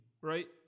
right